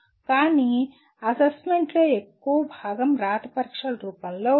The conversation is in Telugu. కానీ అసెస్మెంట్లో ఎక్కువ భాగం రాత పరీక్షల రూపంలో ఉంటుంది